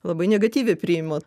labai negatyviai priima